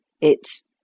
It's—